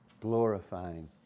glorifying